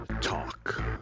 Talk